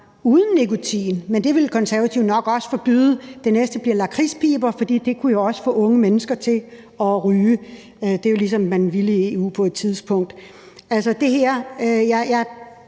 uden nikotin. Men det vil Konservative nok også forbyde. Det næste bliver lakridspiber, fordi det jo også kunne få unge mennesker til at ryge, ligesom man ville i EU på et tidspunkt. Altså, jeg